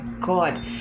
God